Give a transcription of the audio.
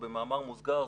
במאמר מוסגר,